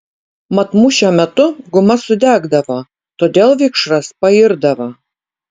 mat mūšio metu guma sudegdavo todėl vikšras pairdavo